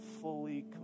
fully